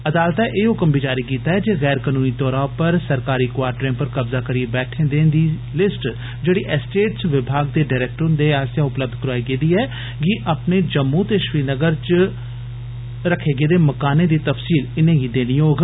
अदालतै एह् हुकम बी जारी कीता ऐ जे गैर कनूनी तौर पर सरकारी क्वाटरें पर कब्जा करियै बैठे दे दी लिस्ट जेड़ी एस्टेट विभाग दे डरैक्टर हुंदे आस्सेआ उपलब्ध कराई गेदी ऐ गी अपने जम्मू ते श्रीनगर च आले मकानें दी तफसील देनी होग